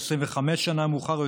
אולי 25 שנה מאוחר יותר,